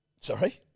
Sorry